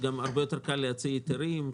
גם הרבה יותר קל להוציא היתרים.